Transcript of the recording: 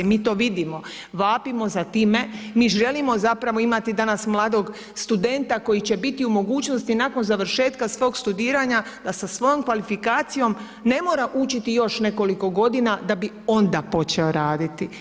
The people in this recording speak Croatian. Mi to vidimo, vapimo za time, mi želimo danas imati mladog studenta koji će biti u mogućnosti nakon završetka svog studiranja da sa svojom kvalifikacijom ne mora učiti još nekoliko godina da bi onda počeo raditi.